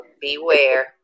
beware